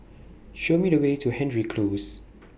Show Me The Way to Hendry Close